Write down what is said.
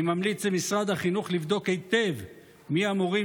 אני ממליץ למשרד החינוך לבדוק היטב מי המורים